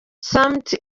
summit